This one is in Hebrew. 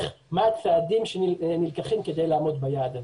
מה הצעדים שנלקחים כדי לעמוד ביעד הזה.